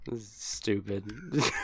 Stupid